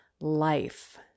life